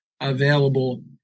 available